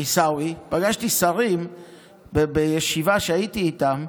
עיסאווי, בישיבה שהייתי איתם.